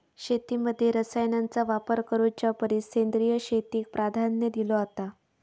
शेतीमध्ये रसायनांचा वापर करुच्या परिस सेंद्रिय शेतीक प्राधान्य दिलो जाता